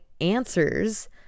answers